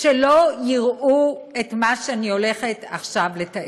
שלא יראו את מה שאני הולכת עכשיו לתאר.